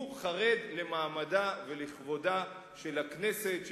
הוא חרד למעמדה ולכבודה של הכנסת,